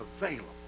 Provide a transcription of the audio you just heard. available